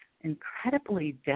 incredibly